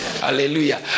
Hallelujah